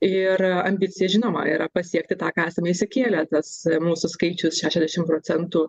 ir ambicija žinoma yra pasiekti tą ką esame išsikėlę tas mūsų skaičius šešiasdešim procentų